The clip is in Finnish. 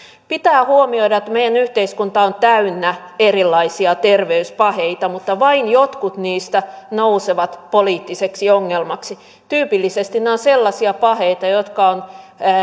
pitää huomioida että meidän yhteiskunta on täynnä erilaisia terveyspaheita mutta vain jotkut niistä nousevat poliittiseksi ongelmaksi tyypillisesti nämä ovat sellaisia paheita jotka ovat